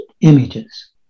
images